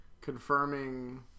confirming